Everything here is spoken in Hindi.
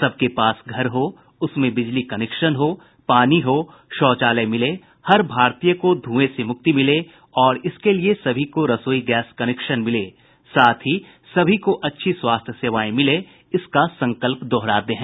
सबके पास घर हो उसमें बिजली कनेक्शन हो पानी हो शौचालय मिले हर भारतीय को धुएं से मुक्ति मिले इसके लिए सभी को रसोई गैस कनेक्शन मिले सभी को अच्छी स्वास्थ्य सेवाएं मिले इसका संकल्प दोहराते हैं